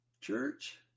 church